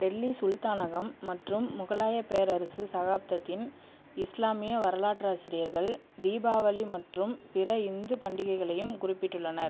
டெல்லி சுல்தானகம் மற்றும் முகலாயப் பேரரசு சகாப்தத்தின் இஸ்லாமிய வரலாற்றாசிரியர்கள் தீபாவளி மற்றும் பிற இந்து பண்டிகைகளையும் குறிப்பிட்டுள்ளனர்